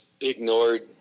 ignored